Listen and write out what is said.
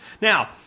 Now